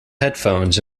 headphones